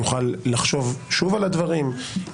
יוכל לחשוב שוב על הדברים,